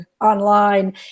online